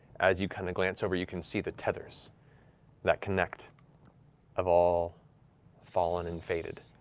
as you kind of glance over, you can see the tethers that connect have all fallen and faded.